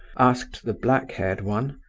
asked the black-haired one.